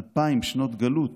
אלפיים שנות גלות